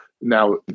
now